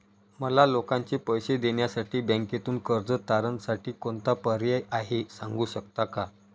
मला लोकांचे पैसे देण्यासाठी बँकेतून कर्ज तारणसाठी कोणता पर्याय आहे? सांगू शकता का?